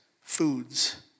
foods